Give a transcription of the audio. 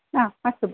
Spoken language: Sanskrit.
हा अस्तु